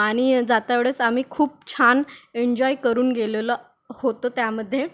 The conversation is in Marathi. आणि जात्यावेळेस आम्ही खूप छान एन्जॉय करून गेलेलो होतो त्यामध्ये